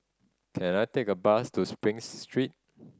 can I take a bus to Spring Street